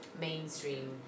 mainstream